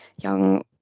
young